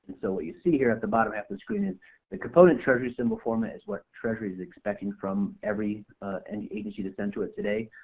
so what you see here at the bottom half of the screen is the component treasury symbol format is what treasury is expecting from every and agency that send to it today.